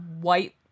white